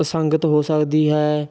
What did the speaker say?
ਅਸੰਗਤ ਹੋ ਸਕਦੀ ਹੈ